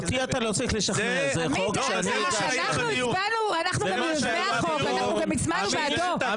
אותי אתה לא צריך לשכנע, זה חוק שאני הגשתי.